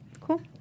cool